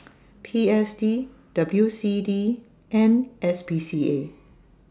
P S D W C D and S P C A